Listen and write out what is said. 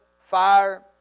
fire